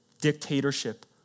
dictatorship